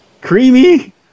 Creamy